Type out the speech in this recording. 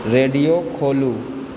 radio खोलू